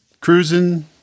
cruising